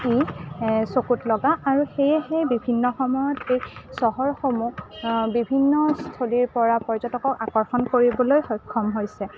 ই চকুত লগা আৰু সেয়েহে বিভিন্ন সময়ত এই চহৰসমূহ বিভিন্ন স্থলীৰপৰা পৰ্যটকক আকৰ্ষণ কৰিবলৈ সক্ষম হৈছে